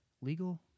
Legal